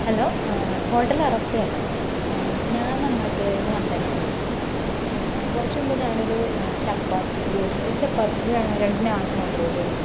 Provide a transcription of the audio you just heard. hello hotel Arafa അല്ലേ ഞാൻ മങ്ങാട്ടുകരയിൽ നിന്ന് വന്ദനയാണേ വിളിക്കുന്നത് കുറച്ചുമുമ്പ് ഞാനൊരു ചപ്പാത്തിക്ക് ഒരു ചപ്പാത്തിക്കും രണ്ട് നാനും ഓർഡർ ചെയ്തിരുന്നു